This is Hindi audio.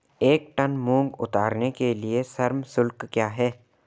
एक टन मूंग उतारने के लिए श्रम शुल्क क्या है?